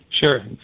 Sure